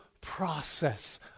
process